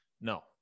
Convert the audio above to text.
No